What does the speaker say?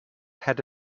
had